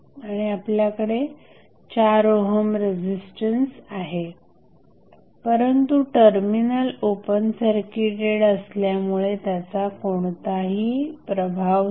आणि आपल्याकडे 4 ohm resistance आहे परंतु टर्मिनल ओपन सर्किटेड असल्यामुळे त्याचा कोणताही प्रभाव नाही